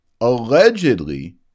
allegedly